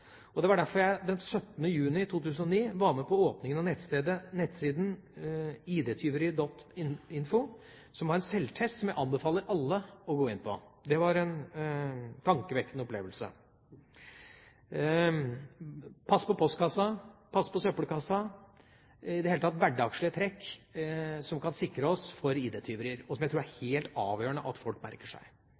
nettet. Det var derfor jeg den 17. juni 2009 var med på åpningen av nettsiden idtyveri.info, som har en sjøltest som jeg anbefaler alle å gå inn på. Det var en tankevekkende opplevelse. Pass på postkassen, pass på søppelkassen – i det hele tatt hverdagslige trekk som kan sikre oss mot ID-tyverier, og som jeg tror det er helt avgjørende at folk merker seg.